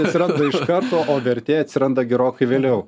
atsiranda iš karto o vertė atsiranda gerokai vėliau